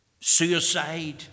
Suicide